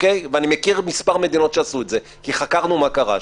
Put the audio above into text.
ואני מכיר מספר מדינות שעשו את זה כי חקרנו מה קרה שם,